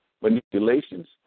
manipulations